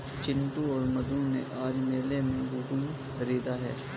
चिंटू और मधु ने आज मेले में गुल्लक खरीदा है